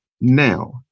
Now